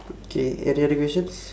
K any other questions